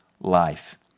life